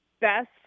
best